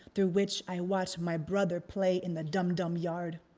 through which i watched my brother play in the dum-dum-yard.